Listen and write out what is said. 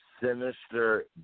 sinister